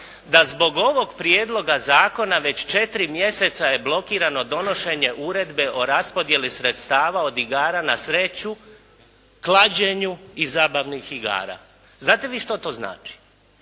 da zbog ovog prijedloga zakona već četiri mjeseca je blokirano donošenje uredbe o raspodjeli sredstava od igara na sreću, klađenju i zabavnih igara. Znate li vi što to znači?